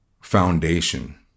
foundation